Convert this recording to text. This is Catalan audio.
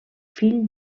fill